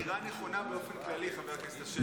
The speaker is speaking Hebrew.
אמירה נכונה באופן כללי, חבר הכנסת אשר.